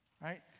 Right